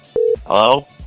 Hello